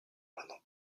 pendant